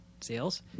sales